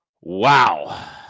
Wow